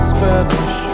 Spanish